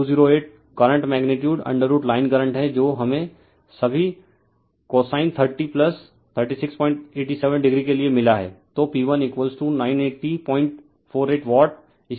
इसलिए P1208 current magnitude √ line current है जो हमें सभी कोसाइन थर्टी 3687 o के लिए मिला है